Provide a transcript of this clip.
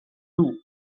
two